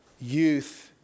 youth